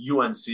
UNC